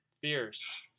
fierce